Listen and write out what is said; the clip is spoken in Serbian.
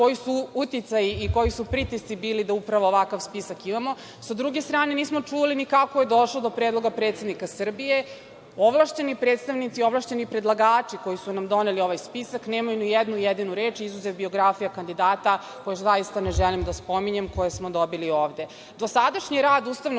koji su uticaji i koji su pritisci bili da upravo ovakav spisak imamo? Sa druge strane, nismo čuli ni kako je došlo do predloga predsednika Srbije. Ovlašćeni predstavnici, ovlašćeni predlagači koji su nam doneli ovaj spisak nemaju ni jednu jedinu reč, izuzev biografija kandidata, koje zaista ne želim da spominjem, koje smo dobili ovde. Dosadašnji rad Ustavnog